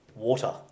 Water